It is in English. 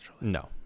No